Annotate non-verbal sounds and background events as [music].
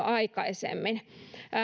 [unintelligible] aikaisemmin